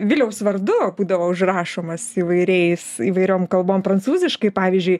vilniaus vardu būdavo užrašomas įvairiais įvairiom kalbom prancūziškai pavyzdžiui